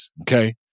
okay